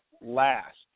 last